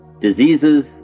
diseases